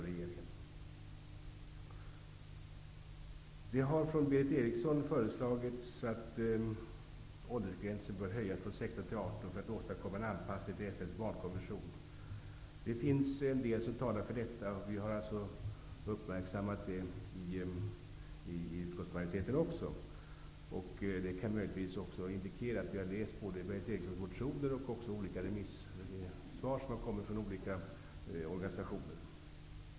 Det har från Berith Eriksson föreslagits att åldersgränsen bör höjas från 16 till 18 år för att man skall åstadkomma en anpassning till FN:s barnkonvention. Det finns en del som talar för detta, och utskottsmajoriteten har också uppmärksammat detta. Det kan möjligtvis indikera att vi har läst både Berith Erikssons motioner och remissvaren från olika organisationer.